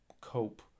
cope